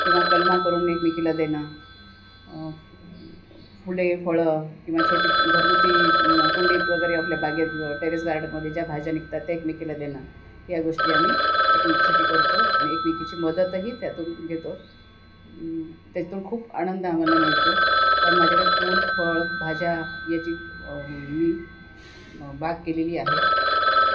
किंवा कलमं करून एकमेकीला देणं फुले फळं किंवा छोटी घरगुती कुंडीत वगैरे आपल्या बागेत टेरेस गार्डनमध्ये ज्या भाज्या निघतात त्या एकमेकीला देणं या गोष्टी आम्ही एकमेकीसाठी करतो आणि एकमेकीची मदतही त्यातून घेतो त्यातून खूप आनंद आम्हाला मिळतो कारण माझ्याकडे फूल फळ भाज्या याची मी बाग केलेली आहे